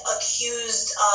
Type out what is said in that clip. accused